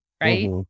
right